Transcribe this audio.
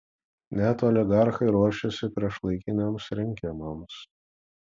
net oligarchai ruošiasi priešlaikiniams rinkimams